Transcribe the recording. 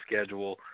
schedule